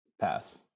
pass